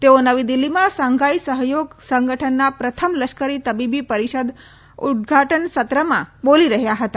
તેઓ નવી દિલ્હીમાં શાંઘાઈ સહયોગ સંગઠનના પ્રથમ લશ્કરી તબીબી પરીષદ ઉદ્ઘાટન સત્રમાં બોલી રહ્યા હતા